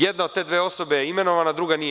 Jedna od te dve osobe je imenovana, a druga nije.